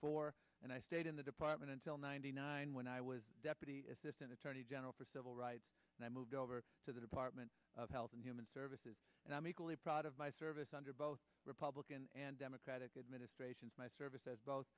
four and i stayed in the department until ninety nine when i was deputy assistant attorney general for civil rights and i moved over to the department of health and human services and i'm equally proud of my service under both republican and democratic administrations my service as both